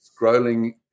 scrolling